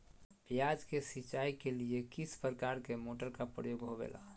प्याज के सिंचाई के लिए किस प्रकार के मोटर का प्रयोग होवेला?